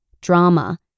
Drama